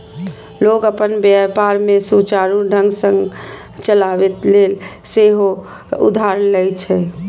लोग अपन व्यापार कें सुचारू ढंग सं चलाबै लेल सेहो उधार लए छै